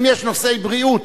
אם יש נושאי בריאות